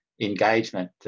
engagement